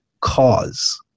cause